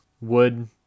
wood